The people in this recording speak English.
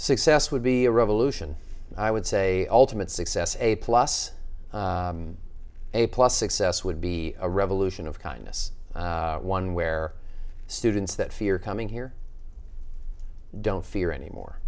success would be a revolution i would say ultimate success a plus a plus success would be a revolution of kindness one where students that fear coming here don't fear anymore